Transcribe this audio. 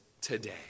today